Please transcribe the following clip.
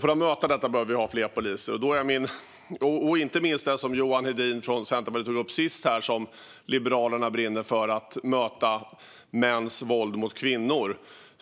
För att möta detta behöver vi ha fler poliser. Inte minst handlar det om det som Johan Hedin från Centerpartiet tog upp sist och som också Liberalerna brinner för, nämligen att möta mäns våld mot kvinnor.